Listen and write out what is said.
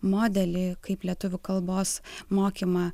modelį kaip lietuvių kalbos mokymą